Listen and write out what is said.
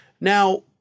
Now